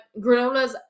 granolas